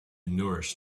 nourish